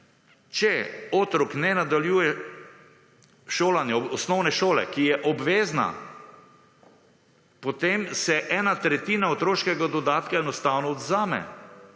če otrok ne nadaljuje šolanje osnovne šole, ki je obvezna, potem se ena tretjina otroškega dodatka enostavno odvzame,